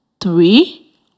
three